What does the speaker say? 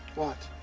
what?